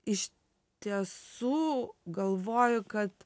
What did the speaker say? iš tiesų galvoju kad